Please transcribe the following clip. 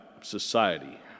society